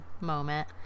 moment